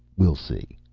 we'll see.